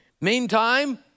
Meantime